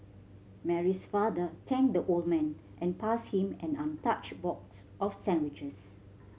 Mary's father thanked the old man and passed him an untouched box of sandwiches